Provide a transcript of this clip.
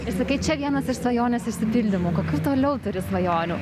sakai čia vienas iš svajonės išsipildymų kokių toliau turi svajonių